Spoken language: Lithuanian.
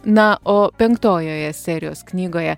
na o penktojoje serijos knygoje